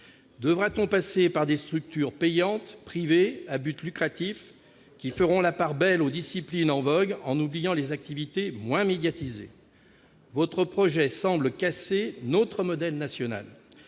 Devra-t-on passer par des structures payantes, privées, à but lucratif, qui feront la part belle aux disciplines en vogue, oubliant les activités moins médiatisées ? Votre projet semble casser notre modèle national.